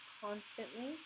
constantly